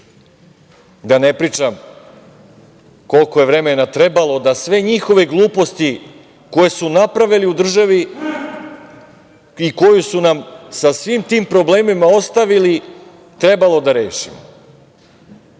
da ne pričam koliko je vremena trebalo da sve njihove gluposti koje su napravili u državi i koje su nam sa svim tim problemima ostavili, trebalo da rešimo. Još